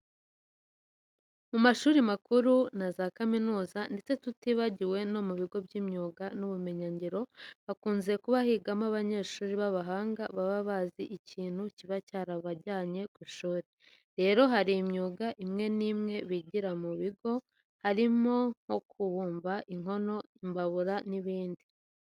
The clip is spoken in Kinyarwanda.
Mu mashuri makuru na za kaminuza ndetse tutibagiwe no mu bigo by'imyuga n'ubumenyingiro hakunze kuba higamo abanyeshuri b'abahanga baba bazi ikintu kiba cyarabajyanye ku ishuri. Rero hari imyuga imwe n'imwe bigira muri ibi bigo harimo nko kubumba inkono, imbabura n'ibindi.